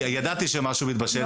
אני יודע שמשהו מתבשל שם.